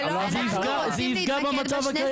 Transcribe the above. זה ייפגע במצב הקיים.